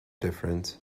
different